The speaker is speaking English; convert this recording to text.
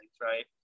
right